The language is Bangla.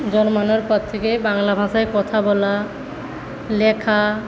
জন্মানোর পর থেকে বাংলা ভাষায় কথা বলা লেখা